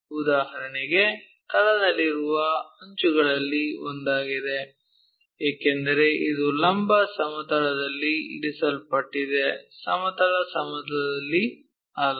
ಉದಾಹರಣೆಗೆ ತಳದಲ್ಲಿರುವ ಅಂಚುಗಳಲ್ಲಿ ಒಂದಾಗಿದೆ ಏಕೆಂದರೆ ಇದು ಈ ಲಂಬ ಸಮತಲದಲ್ಲಿ ಇರಿಸಲ್ಪಟ್ಟಿದೆ ಸಮತಲ ಸಮತಲದಲ್ಲಿ ಅಲ್ಲ